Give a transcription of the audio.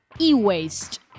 e-waste